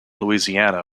louisiana